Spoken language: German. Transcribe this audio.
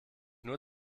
nur